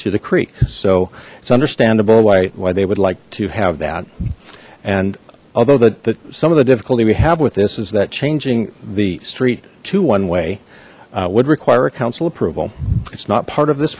to the creek so it's understandable why why they would like to have that and although that some of the difficulty we have with this is that changing the street to one way would require a council approval it's not part of this